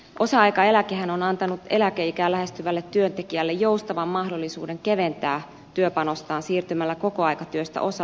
osa aikaeläkehän on antanut eläkeikää lähestyvälle työntekijälle joustavan mahdollisuuden keventää työpanostaan siirtymällä kokoaikatyöstä osa aikatyöhön